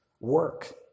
work